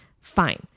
fine